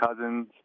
cousins